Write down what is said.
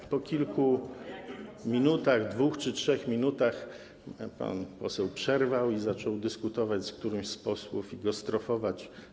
Ale po kilku minutach, po 2 czy 3 minutach, pan poseł przerwał i zaczął dyskutować z którymś z posłów i go strofować.